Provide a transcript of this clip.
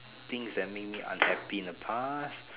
things that make me unhappy in the past